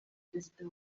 perezida